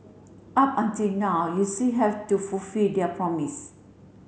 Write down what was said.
up until now you still have to fulfilled their promise